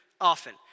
often